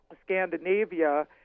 Scandinavia